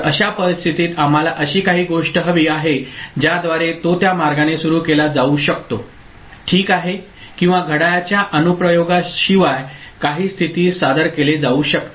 तर अशा परिस्थितीत आम्हाला अशी काही गोष्ट हवी आहे ज्याद्वारे तो त्या मार्गाने सुरू केला जाऊ शकतो ठीक आहे किंवा घड्याळाच्या अनुप्रयोगाशिवाय काही स्थिती सादर केले जाऊ शकते